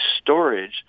storage